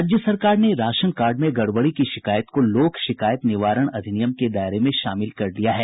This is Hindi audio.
राज्य सरकार ने राशन कार्ड में गड़बड़ी की शिकायत को लोक शिकायत निवारण अधिनियम के दायरे में शामिल कर लिया है